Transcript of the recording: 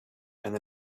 and